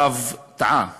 הרב טעה